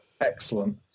excellent